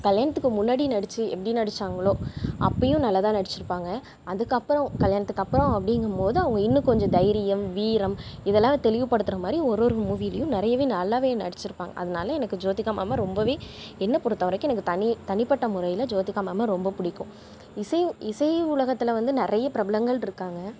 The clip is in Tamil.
கல்யாணத்துக்கு முன்னாடி நடித்து எப்படி நடித்தாங்களோ அப்பவும் நல்லாதான் நடித்திருப்பாங்க அதுக்கப்பறம் கல்யாணத்துக்கப்பறம் அப்டிங்கும்போது அவங்க இன்னும் கொஞ்சம் தைரியம் வீரம் இதலாம் தெளிவு படுத்தற மாதிரி ஒரொரு மூவிலையும் நிறையவே நல்லாவே நடித்திருப்பாங் அதனால் எனக்கு ஜோதிகா மேம்மை ரொம்ப என்ன பொறுத்த வரைக்கும் எனக்கு தனி தனி பட்ட முறையில் ஜோதிகா மேம்மை ரொம்ப பிடிக்கும் இசை இசை உலகத்துல வந்து நிறைய பிரபலங்கள் இருக்காங்க